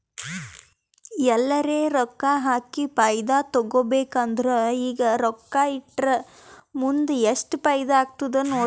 ಎಲ್ಲರೆ ರೊಕ್ಕಾ ಹಾಕಿ ಫೈದಾ ತೆಕ್ಕೋಬೇಕ್ ಅಂದುರ್ ಈಗ ರೊಕ್ಕಾ ಇಟ್ಟುರ್ ಮುಂದ್ ಎಸ್ಟ್ ಫೈದಾ ಆತ್ತುದ್ ನೋಡ್ಬೇಕ್